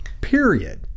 period